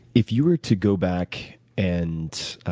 if you were to go back and